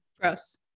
Gross